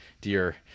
dear